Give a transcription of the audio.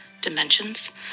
dimensions